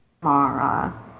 Mara